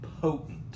potent